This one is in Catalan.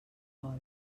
vol